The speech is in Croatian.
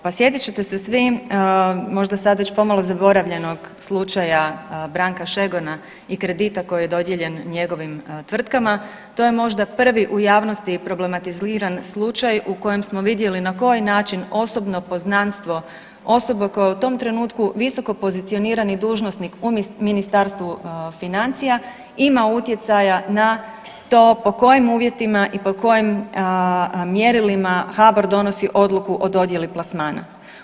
Pa sjetit ćete se svi, možda sad već zaboravljenog slučaja Branka Šegona i kredita koji je dodijeljen njegovim tvrtkama, to je možda prvi u javnosti problematiziran slučaj u kojem smo vidjeli na koji način osobno poznanstvo osoba koja je u tom trenutku visokopozicionirani dužnosnik u Ministarstvu financija ima utjecaja na to po kojim uvjetima i po kojim mjerilima HBOR donosi odluku o dodjeli plasmana.